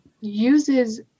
uses